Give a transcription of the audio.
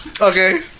Okay